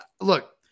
look